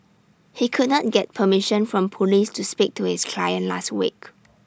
he could not get permission from Police to speak to his client last week